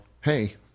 hey